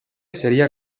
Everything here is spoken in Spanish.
sería